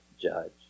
judge